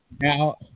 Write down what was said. Now